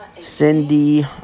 Cindy